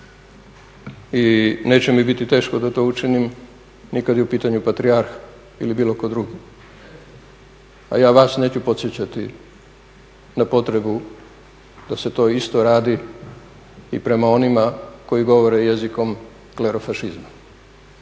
I neće mi biti teško da to učinim ni kad je u pitanju patrijarh ili bilo tko drugi. A ja vas neću podsjećati na potrebu da se to isto radi i prema onima koji govore jezikom …, a